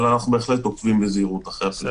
אבל אנחנו בהחלט עוקבים בזהירות אחרי הפרסומים.